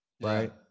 Right